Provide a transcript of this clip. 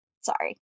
Sorry